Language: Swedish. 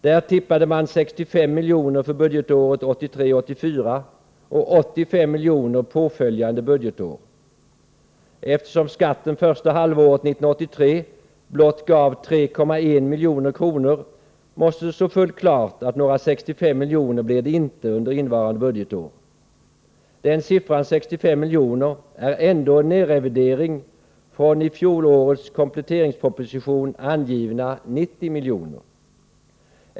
Där tippade man 65 milj.kr. för budgetåret 1983/84 och 85 milj.kr. för påföljande budgetår. Eftersom skatten första halvåret 1983 blott gav 3,1 milj.kr. måste det stå fullt klart att det under innevarande budgetår inte blir några 65 milj.kr. Den siffran är ändå en nedrevidering från i fjolårets kompletteringsproposition angivna 90 milj.kr.